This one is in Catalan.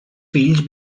fills